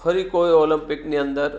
ફરી કોઈ ઓલંપિકની અંદર